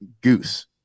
goose